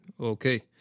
Okay